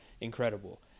incredible